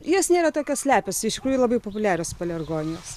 jos nėra tokios lepios iš tikrųjų labai populiarios palergonijos